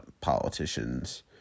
politicians